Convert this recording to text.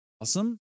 awesome